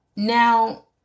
Now